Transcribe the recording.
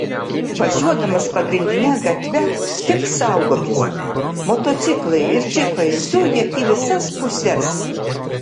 važiuodamas pagrindine gatve tik saugokis motociklai ir džipai zuja į visas puses